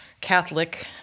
Catholic